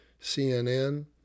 CNN